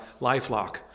LifeLock